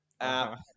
app